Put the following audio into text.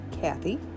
Kathy